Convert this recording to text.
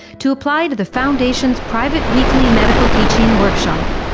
to apply to the foundation's private weekly medical teaching workshop,